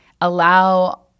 allow